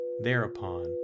Thereupon